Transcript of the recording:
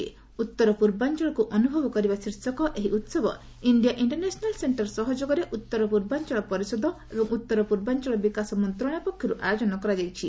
ଉତ୍ତର ପୂର୍ବାଞ୍ଚଳକୁ ଅନୁଭବ କରିବା ଶୀର୍ଷକ ଏହି ଉତ୍ସବ ଇଣ୍ଡିଆ ଇଣ୍ଟରନ୍ୟାସନାଲ୍ ସେଣ୍ଟର ସହଯୋଗରେ ଉତ୍ତର ପୂର୍ବାଞ୍ଚଳ ପରିଷଦ ଏବଂ ଉତ୍ତର ପୂର୍ବାଞ୍ଚଳ ବିକାଶ ମନ୍ତ୍ରଣାଳୟ ପକ୍ଷରୁ ଆୟୋଜନ କରାଯାଇଛି